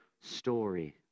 story